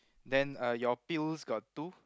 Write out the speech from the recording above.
then uh your pills got two